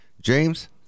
James